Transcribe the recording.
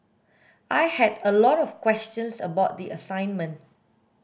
I had a lot of questions about the assignment